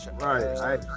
Right